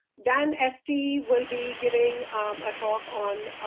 dan esty will be giving a talk on